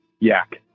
Yak